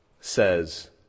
says